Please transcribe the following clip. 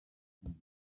akuriye